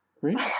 great